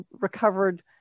recovered